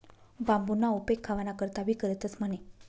बांबूना उपेग खावाना करता भी करतंस म्हणे